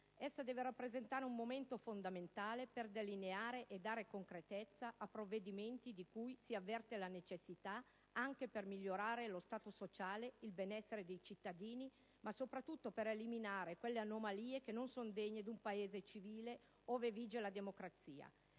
Essa deve rappresentare un momento fondamentale per delineare e dare concretezza a provvedimenti di cui si avverte la necessità anche per migliorare lo Stato sociale, il benessere dei cittadini, ma soprattutto per eliminare quelle anomalie che non sono degne di un Paese civile ove vige la democrazia.